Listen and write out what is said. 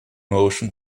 motion